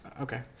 Okay